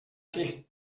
què